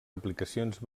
aplicacions